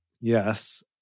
Yes